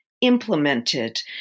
implemented